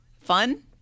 fun